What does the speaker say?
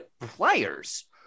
players